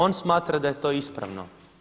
On smatra da je to ispravno.